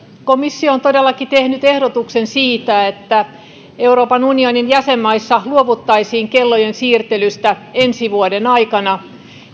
komissio on todellakin tehnyt ehdotuksen siitä että euroopan unionin jäsenmaissa luovuttaisiin kellojen siirtelystä ensi vuoden aikana